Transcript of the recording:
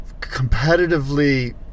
competitively